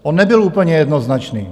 On nebyl úplně jednoznačný.